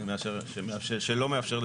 שלא מאפשר,